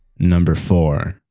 number four.